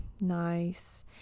nice